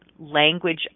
Language